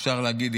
אפשר להגיד,